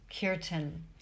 kirtan